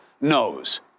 knows